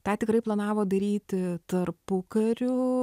tą tikrai planavo daryti tarpukariu